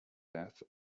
death